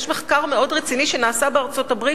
יש מחקר מאוד רציני שנעשה בארצות-הברית,